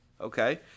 okay